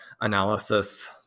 analysis